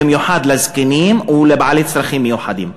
במיוחד לזקנים ולבעלי צרכים מיוחדים.